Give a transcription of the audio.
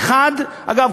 אגב,